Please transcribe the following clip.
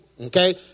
okay